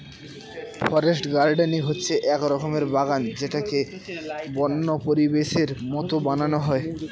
forest gardening হচ্ছে এক রকমের বাগান যেটাকে বন্য পরিবেশের মতো বানানো হয়